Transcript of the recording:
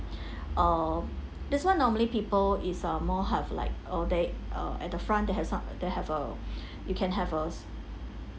uh this one normally people is a more have like or they uh at the front that have so~ they have a you can have a